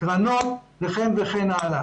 קרנות וכן הלאה.